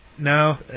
No